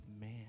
man